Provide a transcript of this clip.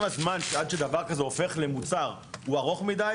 אם הזמן עד שדבר כזה הופך למוצר הוא ארוך מדי